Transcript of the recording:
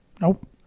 Nope